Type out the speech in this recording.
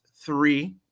three